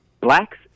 Blacks